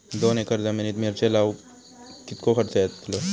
दोन एकर जमिनीत मिरचे लाऊक कितको खर्च यातलो?